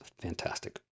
fantastic